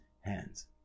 hands